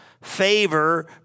Favor